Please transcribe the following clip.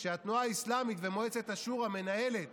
כשהתנועה האסלאמית ומועצת השורא מנהלות